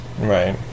Right